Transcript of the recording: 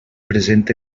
present